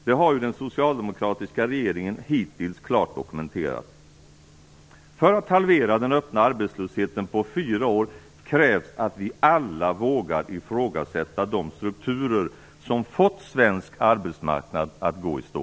Det har ju den socialdemokratiska regeringen hittills klart dokumenterat. För att halvera den öppna arbetslösheten på fyra år krävs att vi alla vågar ifrågasätta de strukturer som fått svensk arbetsmarknad att gå i stå.